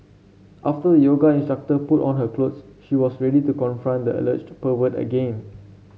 after the yoga instructor put on her clothes she was ready to confront the alleged pervert again